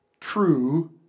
true